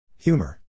humor